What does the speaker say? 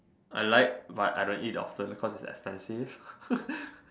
I like but I don't eat often because it's expensive